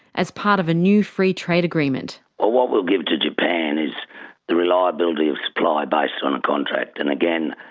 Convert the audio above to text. as part of a new free trade agreement. well, what we'll give to japan is the reliability of supply based on a contract, and again,